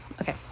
okay